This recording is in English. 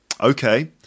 Okay